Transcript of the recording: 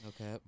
Okay